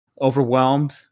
overwhelmed